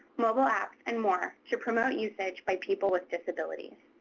mobile apps and more to promote usage by people with disabilities.